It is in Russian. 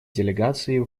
делегации